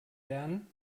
lernen